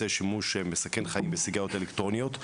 שימוש מסכן חיים בסיגריות אלקטרוניות,